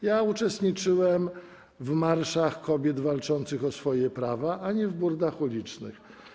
Ja uczestniczyłem w marszach kobiet walczących o swoje prawa, a nie w burdach ulicznych.